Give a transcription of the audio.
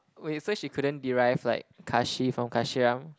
wait so she couldn't derive like Kahshee from Kasheeram